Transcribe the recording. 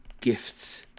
gifts